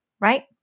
right